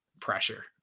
pressure